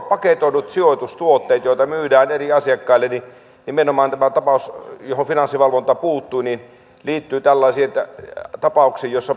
paketoidut sijoitustuotteet joita myydään eri asiakkaille nimenomaan tämä tapaus johon finanssivalvonta puuttui liittyi tällaisiin tapauksiin joissa